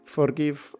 Forgive